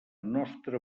nostra